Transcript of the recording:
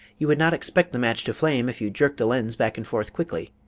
you would not expect the match to flame if you jerked the lens back and forth quickly.